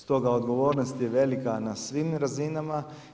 Stoga odgovornost je velika na svim razinama.